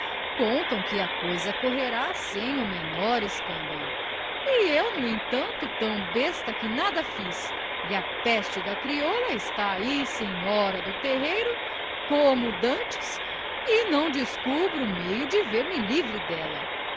contam que a coisa correrá sem o menor escândalo e eu no entanto tão besta que nada fiz e a peste da crioula está ai senhora do terreiro como dantes e não descubro meio de ver-me livre dela